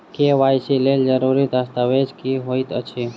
KYC लेल जरूरी दस्तावेज की होइत अछि?